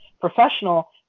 professional